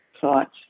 thoughts